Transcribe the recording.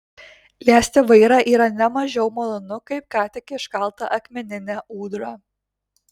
liesti vairą yra ne mažiau malonu kaip ką tik iškaltą akmeninę ūdrą